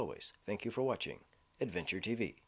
always thank you for watching adventure t